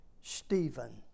Stephen